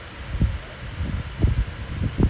err morning ஒரு:oru